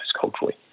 culturally